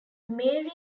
marie